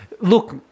look